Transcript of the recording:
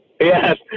yes